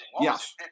Yes